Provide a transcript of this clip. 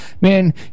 man